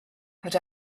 had